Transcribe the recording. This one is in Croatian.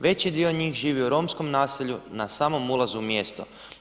Veći dio njih živi u romskom naselju na samom ulazu u mjesto.